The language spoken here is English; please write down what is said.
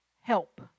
help